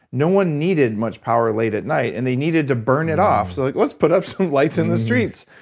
no one needed much power late at night and they needed to burn it off so they're like, let's put up some lights in the streets.